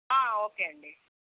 okay అండీ